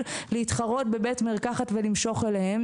להתחרות בבית מרקחת ולמשוך לקוחות אליהם,